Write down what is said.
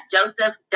Joseph